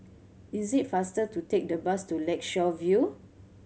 is it faster to take the bus to Lakeshore View